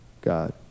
God